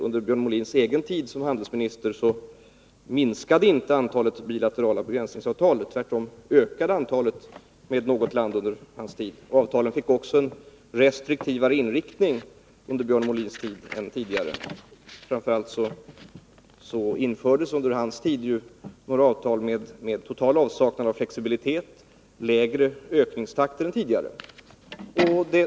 Under Björn Molins egen tid som handelsminister minskade inte antalet bilaterala begränsningsavtal, tvärtom ökade antalet — med något land — under hans tid. Avtalen fick också en restriktivare inriktning under Björn Molins tid än tidigare. Framför allt infördes ju under hans tid några avtal med total avsaknad av flexibilitet och med lägre ökningstakt än tidigare.